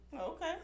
Okay